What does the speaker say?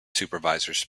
supervisors